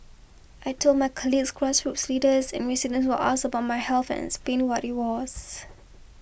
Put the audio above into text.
I told my colleagues grassroots leaders and residents who asked about my health and explained what it was